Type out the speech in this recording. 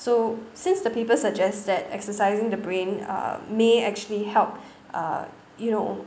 so since the people suggest that exercising the brain uh may actually help uh you know